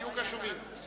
תהיו קשובים.